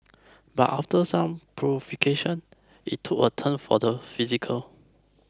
but after some provocation it took a turn for the physical